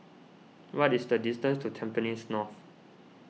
what is the distance to Tampines North